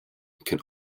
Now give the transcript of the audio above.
can